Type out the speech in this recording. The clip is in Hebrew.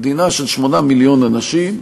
מדינה של 8 מיליון אנשים,